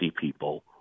people